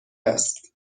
است